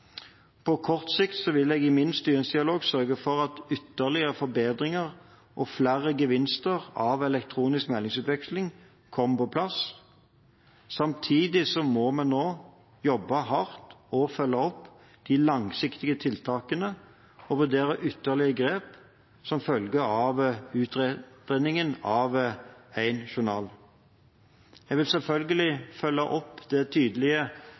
På kort sikt vil jeg i min styringsdialog sørge for at ytterligere forbedringer og flere gevinster av elektronisk meldingsutveksling kommer på plass. Samtidig må vi nå jobbe hardt og følge opp de langsiktige tiltakene og vurdere ytterligere grep som en følge av utredningen av Én innbygger – én journal. Jeg vil selvfølgelig følge opp det tydelige